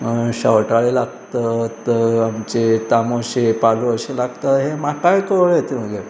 शेंवटाळे लागतात आमचे तामोशे पालू अशे लागता हें म्हाकाय कळ्ळें तें मगेर